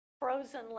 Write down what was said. frozen